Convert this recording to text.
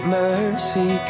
mercy